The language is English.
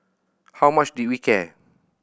how much did we care